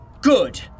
Good